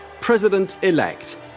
president-elect